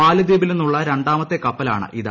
മാലിദ്വീപിൽ നിന്നുള്ള രണ്ടാമത്തെ കപ്പലാണിത്